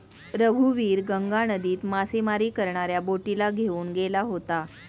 रघुवीर गंगा नदीत मासेमारी करणाऱ्या बोटीला घेऊन गेला होता